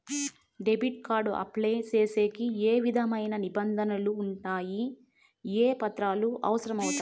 Debit card apply సేసేకి ఏ విధమైన నిబంధనలు ఉండాయి? ఏ పత్రాలు అవసరం అవుతాయి?